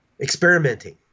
Experimenting